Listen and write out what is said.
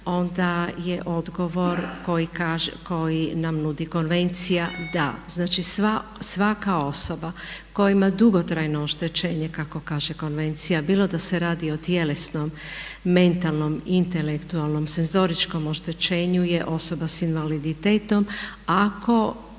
onda je odgovor koji nam nudi Konvencija da. Znači, svaka osoba koja ima dugotrajno oštećenje kako kaže Konvencija, bilo da se radi o tjelesnom, mentalnom, intelektualnom, senzoričkom oštećenju je osoba s invaliditetom ako